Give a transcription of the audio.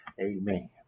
Amen